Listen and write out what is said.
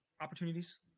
opportunities